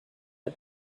the